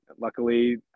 Luckily